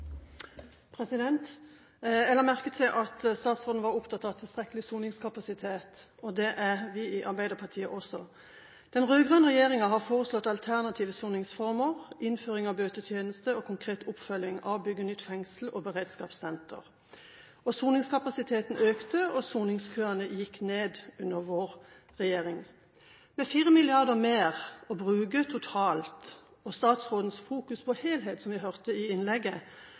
la merke til at statsråden var opptatt av tilstrekkelig soningskapasitet, og det er vi i Arbeiderpartiet også. Den rød-grønne regjeringen har foreslått alternative soningsformer, innføring av bøtetjeneste og konkret oppfølging av bygging av nytt fengsel og beredskapssenter. Soningskapasiteten økte og soningskøene gikk ned under vår regjering. Med 4 mrd. kr mer å bruke totalt og statsrådens fokus på «helhet», som vi hørte i innlegget,